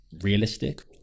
realistic